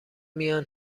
میان